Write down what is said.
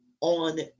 On